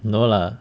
no lah